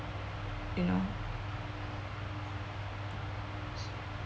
you know